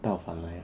倒反 leh